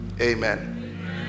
Amen